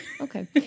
Okay